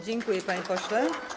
Dziękuję, panie pośle.